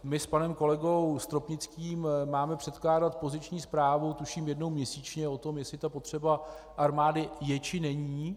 My s panem kolegou Stropnickým máme předkládat poziční zprávu tuším jednou měsíčně o tom, jestli potřeba armády je, či není.